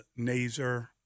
Naser